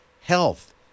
health